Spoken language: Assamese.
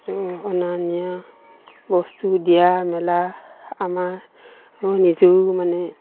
অনা নিয়া বস্তু দিয়া মেলা আমাৰ নিজৰো মানে